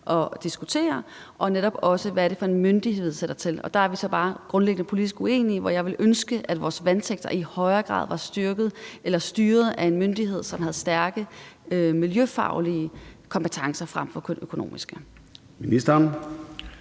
at diskutere, herunder også hvilken myndighed vi sætter til det. Der er vi så bare grundlæggende politisk uenige. Jeg ville ønske, at vores vandsektor i højere grad var styret af en myndighed, som havde stærke miljøfaglige kompetencer frem for kun økonomiske kompetencer.